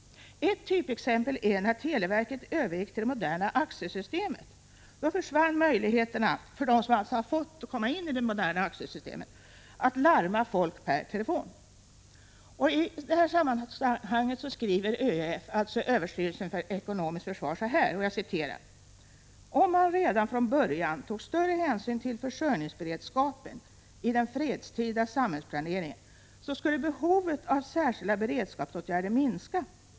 Ett typexempel på detta är när televerket övergår till det moderna AXE-systemet. Då försvinner möjligheten att larma folk per telefon. I det sammanhanget skriver Överstyrelsen för ekonomiskt försvar: ”Om man redan från början tog större hänsyn till försörjningsberedskapen i den fredstida samhällsplaneringen skulle behovet av särskilda beredskapsåtgärder minska.